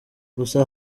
gusa